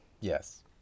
Yes